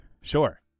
Sure